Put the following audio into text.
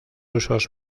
usos